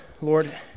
Lord